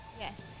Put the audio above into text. Yes